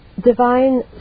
divine